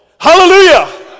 hallelujah